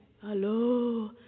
Hello